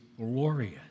glorious